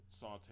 saute